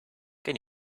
can